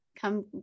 come